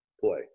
play